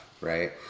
right